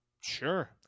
Sure